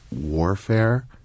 warfare